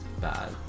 bad